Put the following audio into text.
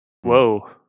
Whoa